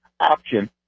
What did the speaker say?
option